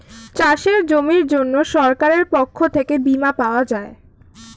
চাষের জমির জন্য সরকারের পক্ষ থেকে বীমা পাওয়া যায়